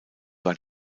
war